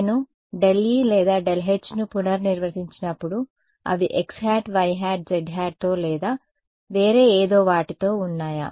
నేను ∇e లేదా ∇h ను పునర్నిర్వచించినప్పుడు అవి xˆ yˆ zˆ తో లేదా వేరే ఏదో వాటితో ఉన్నాయా